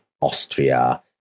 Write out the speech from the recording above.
Austria